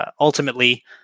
Ultimately